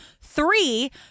three